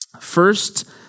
First